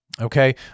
Okay